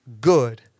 good